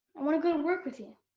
i wanna go to work with you.